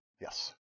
Yes